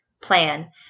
plan